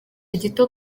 gito